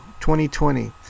2020